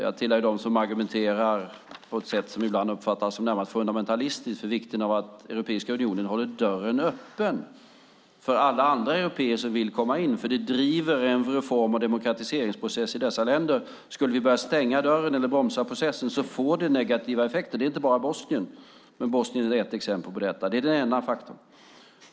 Jag tillhör dem som argumenterar på ett sätt som ibland uppfattas som närmast fundamentalistiskt för vikten av att Europeiska unionen håller dörren öppen för alla andra européer som vill komma in, eftersom det driver på reform och demokratiseringsprocessen i dessa länder. Om vi stängde dörren eller bromsade processen skulle det få negativa effekter. Det gäller inte bara Bosnien, men Bosnien är ett exempel. Det är den ena faktorn.